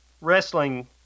wrestling